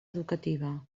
educativa